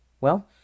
Well